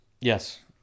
yes